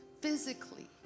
physically